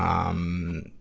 um,